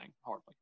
Hardly